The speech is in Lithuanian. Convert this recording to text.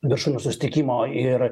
viršūnių susitikimo ir